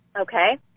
Okay